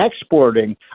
exporting